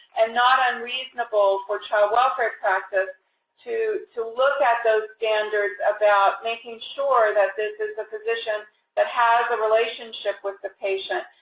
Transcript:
and not unreasonable for child welfare practice to to look at those standards about making sure that this is a physician that has a relationship with the patient,